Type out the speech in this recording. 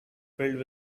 filled